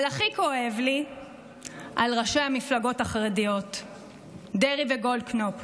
אבל הכי כואב לי על ראשי המפלגות החרדיות דרעי וגולדקנופ.